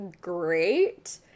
great